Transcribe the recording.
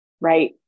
right